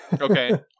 Okay